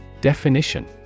Definition